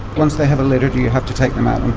once they have a litter do yeah have to take them out and